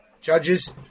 judges